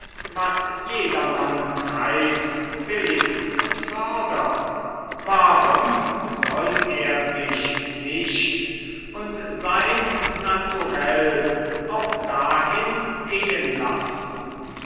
was jedermann treibt billigt und fördert warum soll er sich nicht und sein naturell auch dahin gehen lassen